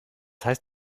heißt